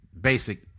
basic